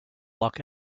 lock